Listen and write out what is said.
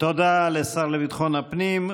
תודה לשר לביטחון הפנים.